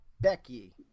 Becky